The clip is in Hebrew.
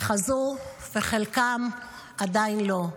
חזרו וחלקם עדיין לא,